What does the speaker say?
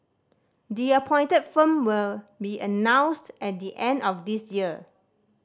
the appointed firm will be announced at the end of this year